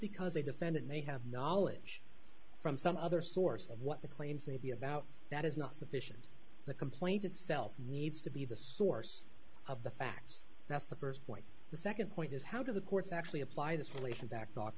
because a defendant may have knowledge from some other source of what the claims may be about that is not sufficient the complaint itself needs to be the source of the facts that's the first point the second point is how do the courts actually apply this relation back